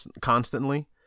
constantly